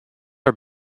are